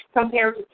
compared